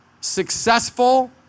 successful